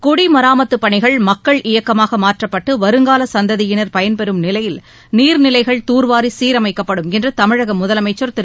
குடிமராமத்துப் பணிகள் மக்கள் இயக்கமாக மாற்றப்பட்டு வருங்கால சந்ததியினர் பயன்பெறும் நிலையில் நீர்நிலைகள் தூர்வாரி சீரமைக்கப்படும் என்று தமிழக முதலமைச்சர் திரு